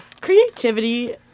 Creativity